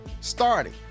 starting